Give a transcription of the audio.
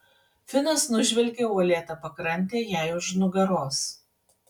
finas nužvelgė uolėtą pakrantę jai už nugaros